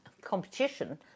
competition